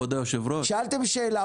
כבוד יושב הראש --- שאלתם שאלה,